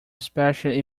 especially